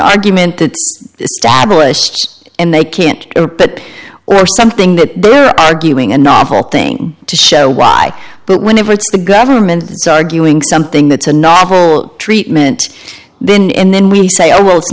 argument to establish and they can't or something that they're arguing an awful thing to show why but whenever it's the government so arguing something that's a novel treatment then and then we say oh well it's